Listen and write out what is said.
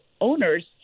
owners